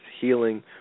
Healing